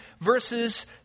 verses